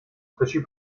stačí